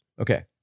Okay